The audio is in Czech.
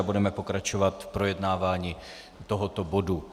Budeme pokračovat v projednávání tohoto bodu.